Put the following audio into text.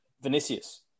Vinicius